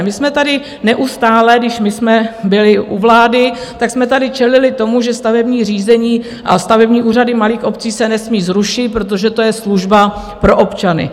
My jsme tady neustále, když jsme byli u vlády, jsme tady čelili tomu, že stavební řízení a stavební úřady v malých obcích se nesmí zrušit, protože to je služba pro občany.